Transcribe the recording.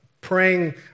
praying